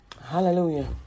Hallelujah